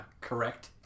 correct